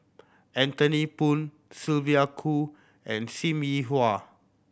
Anthony Poon Sylvia Kho and Sim Yi Hui